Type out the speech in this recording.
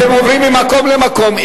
אתם עוברים ממקום למקום.